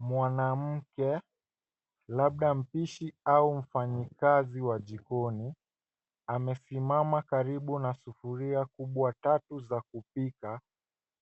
Mwanamke, labda mpishi au mfanyikazi wa jikoni, amesimama karibu na sufuria kubwa tatu za kupika